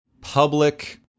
public